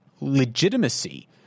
legitimacy